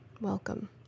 Welcome